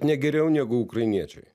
ne geriau negu ukrainiečiai